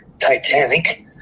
Titanic